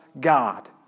God